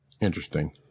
interesting